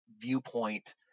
viewpoint